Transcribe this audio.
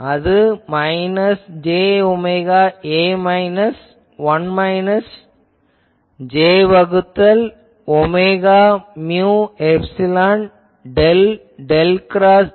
அது minus j omega A minus 1 minus j வகுத்தல் ஒமேகா mu epsilon del del cross A